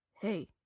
hey